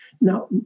Now